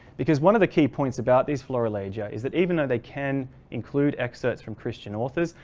because one of the key points about this florilegia is that even though they can include excerpts from christian authors,